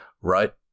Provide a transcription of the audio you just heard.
right